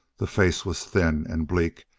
the face was thin and bleak,